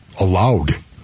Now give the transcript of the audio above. allowed